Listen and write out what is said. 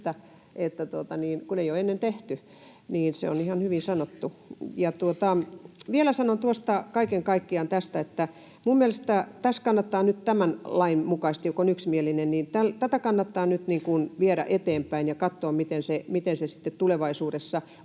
Kun ei ole ennen tehty, niin se on ihan hyvin sanottu. Vielä sanon kaiken kaikkiaan tästä, että minun mielestäni tässä kannattaa tätä nyt tämän lain mukaisesti, joka on yksimielinen, viedä eteenpäin ja katsoa, miten sitten tulevaisuudessa